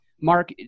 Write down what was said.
Mark